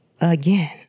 again